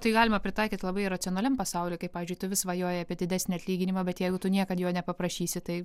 tai galima pritaikyt labai racionaliam pasauliui kaip pavyzdžiui tu svajoji apie didesnį atlyginimą bet jeigu tu niekad jo nepaprašysi tai